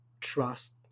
trust